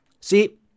See